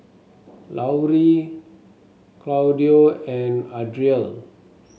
Laurie Claudio and Adriel